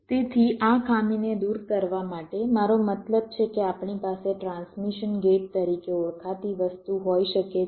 તેથી આ ખામીને દૂર કરવા માટે મારો મતલબ છે કે આપણી પાસે ટ્રાન્સમિશન ગેટ તરીકે ઓળખાતી વસ્તુ હોઈ શકે છે